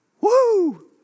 Woo